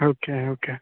okay okay